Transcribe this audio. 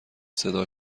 صدا